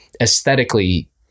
aesthetically